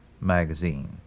magazine